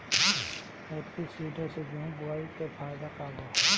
Happy seeder से गेहूं बोआई के का फायदा बा?